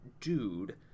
dude